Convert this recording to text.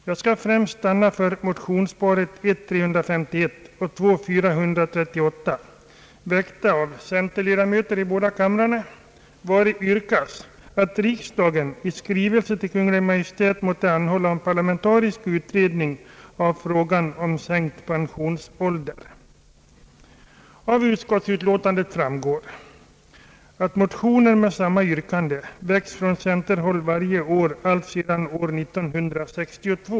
Jag skall främst stanna för motionsparet I:351 och II:438, väckt Av utskottsutlåtandet framgår att motioner med samma yrkande väckts från centerhåll varje år alltsedan 1962.